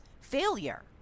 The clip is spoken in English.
failure